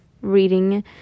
reading